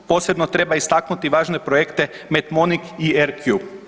Posebno treba istaknuti važne projekte METMONIC i AIRQ.